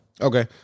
Okay